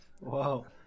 Wow